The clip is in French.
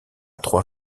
trois